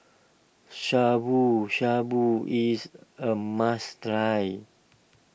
Shabu Shabu is a must try